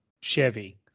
Chevy